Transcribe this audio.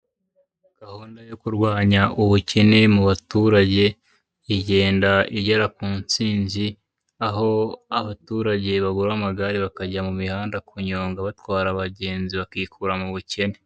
Gahunda yo kurwanya ubukene mu baturage, igenda igera ku ntsinzi, aho abaturage bagura amagare bakajya bajya mu mihanda kunyonga batwara abagenzi, bakikura mu bukene.